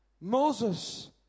Moses